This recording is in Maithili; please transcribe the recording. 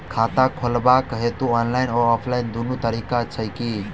खाता खोलेबाक हेतु ऑनलाइन आ ऑफलाइन दुनू तरीका छै की?